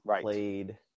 played